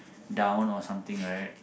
down or something like that